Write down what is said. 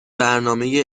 برنامه